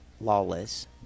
Lawless